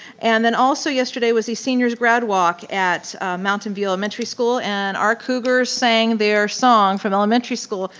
and then also yesterday was a seniors grad walk at mountain view elementary school and our cougars saying their song from elementary school.